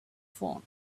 phone